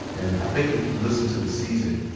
and i think if you've listened to this season,